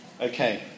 Okay